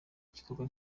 igikorwa